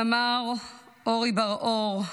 סמ"ר אורי בר אור,